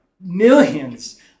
millions